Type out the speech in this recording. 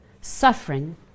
suffering